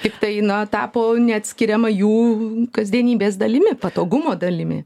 tiktai na tapo neatskiriama jų kasdienybės dalimi patogumo dalimi